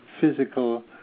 Physical